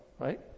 Right